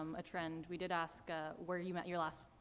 um a trend. we did ask, ah, where you met your last,